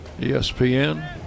ESPN